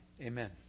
Amen